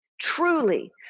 truly